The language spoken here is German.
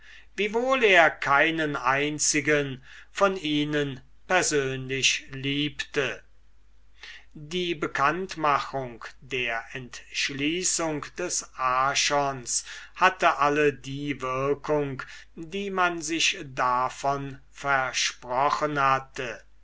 wiewohl er keinen einzigen von ihnen persönlich liebte die bekanntmachung der entschließung des archons hatte alle die wirkung die man sich davon versprochen hatte